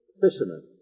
fishermen